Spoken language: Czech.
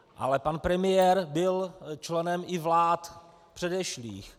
Ale pan premiér byl členem i vlád předešlých.